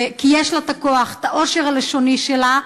כי יש לה את הכוח, את העושר הלשוני שלה.